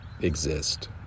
exist